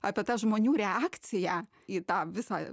apie tą žmonių reakciją į tą visą